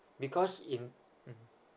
because in mmhmm